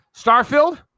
Starfield